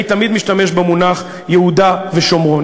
אני תמיד משתמש במונח יהודה ושומרון.